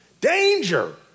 Danger